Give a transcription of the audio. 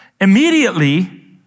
Immediately